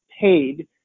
paid